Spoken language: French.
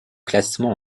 classement